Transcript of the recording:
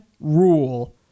rule